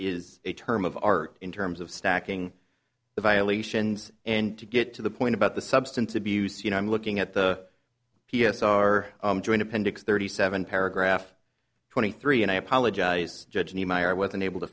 is a term of art in terms of stacking the violations and to get to the point about the substance abuse you know i'm looking at the p s r joint appendix thirty seven paragraph twenty three and i apologize judge niemeyer was unable to